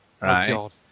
Right